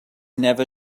never